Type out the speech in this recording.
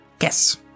Yes